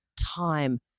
time